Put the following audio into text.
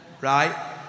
right